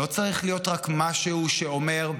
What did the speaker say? לא צריך להיות רק משהו שאומר: